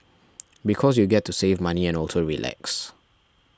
because you get to save money and also relax